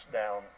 down